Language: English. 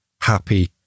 happy